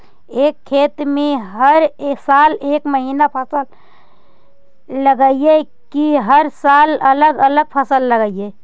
एक खेत में हर साल एक महिना फसल लगगियै कि हर साल अलग अलग फसल लगियै?